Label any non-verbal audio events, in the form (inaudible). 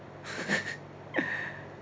(laughs)